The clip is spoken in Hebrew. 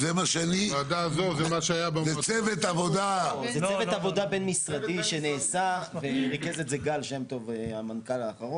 זה צוות עבודה בין משרדי שנעשה וריכז את זה גל שום טוב המנכ"ל האחרון.